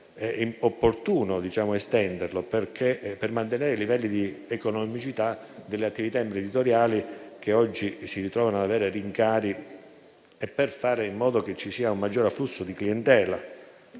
al fine di mantenere i livelli di economicità delle attività imprenditoriali che oggi si ritrovano ad avere rincari e per fare in modo che ci sia un maggiore afflusso di clientela,